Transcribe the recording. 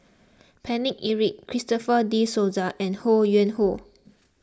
Paine Eric Christopher De Souza and Ho Yuen Hoe